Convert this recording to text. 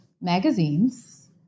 magazines